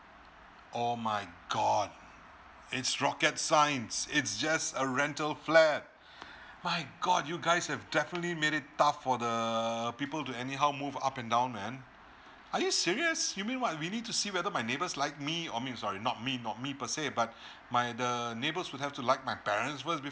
oh my god it's rocket science it's just a rental flat my god you guys have definitely made it tough for the people to anyhow move up and down man are you serious you mean what we need to see whether my neighbours like me or i mean sorry not me not me per se but my the neighbours will have to like my parent's first